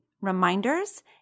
reminders